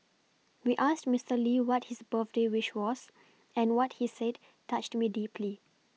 we asked Mister Lee what his birthday wish was and what he said touched me deeply